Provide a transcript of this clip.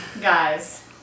Guys